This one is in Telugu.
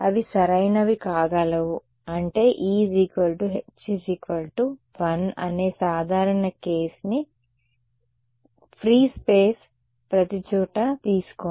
అవి సరైనవి కాగలవు అంటే e h 1 అనే సాధారణ కేస్ ని ఖాళీ స్పేస్ ప్రతిచోటా తీసుకోండి